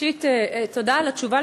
ראשית, תודה על התשובה.